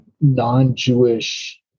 non-Jewish